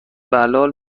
بلال